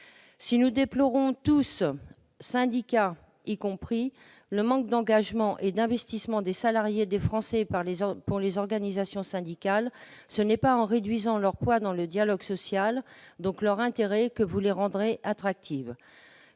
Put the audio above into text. Si nous déplorons tous, syndicats eux-mêmes y compris, le manque d'engagement et d'investissement des salariés et des Français dans les organisations syndicales, ce n'est pas en réduisant leur poids dans le dialogue social, donc leur intérêt, que vous les rendrez attractives,